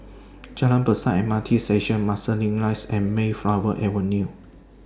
Jalan Besar M R T Station Marsiling Rise and Mayflower Avenue